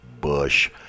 Bush